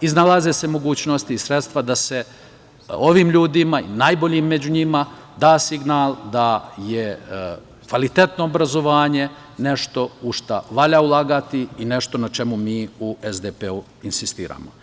iznalaze se mogućnosti i sredstva da se ovim ljudima i najboljim među njima da signal da je kvalitetno obrazovanje nešto u šta valja ulagati i nešto na čemu mi u SDP insistiramo.